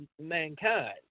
mankind